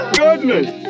goodness